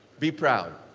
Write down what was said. be proud,